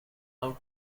out